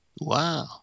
Wow